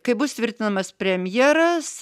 kai bus tvirtinamas premjeras